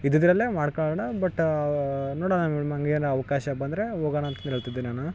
ಇದ್ದಿದ್ರಲ್ಲೆ ಮಾಡ್ಕೊಂಡ್ ಬಟ್ ನೊಡೋಣ ಮೇಡಮ್ ಹಂಗೆನಾ ಅವಕಾಶ ಬಂದರೆ ಹೋಗೋಣ ಅಂತಂದು ಹೇಳ್ತಿದ್ದೆ ನಾನು